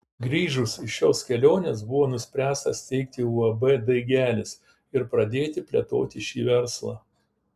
grįžus iš šios kelionės buvo nuspręsta steigti uab daigelis ir pradėti plėtoti šį verslą